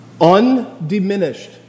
undiminished